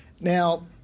Now